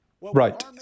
Right